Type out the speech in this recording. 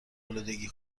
آلودگی